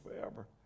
forever